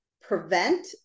prevent